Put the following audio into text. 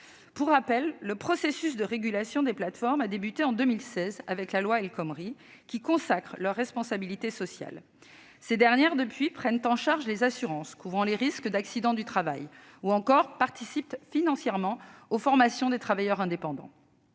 Pour rappel, le processus de régulation des plateformes a débuté en 2016 avec la loi El Khomri, qui consacre leur responsabilité sociale. Depuis lors, ces dernières prennent en charge les assurances couvrant les risques d'accidents du travail ou encore participent financièrement aux formations des travailleurs indépendants.